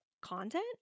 content